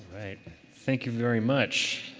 thank you very much.